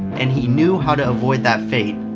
and he knew how to avoid that fate.